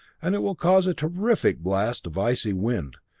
and it will cause a terrific blast of icy wind,